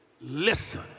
Listen